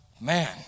man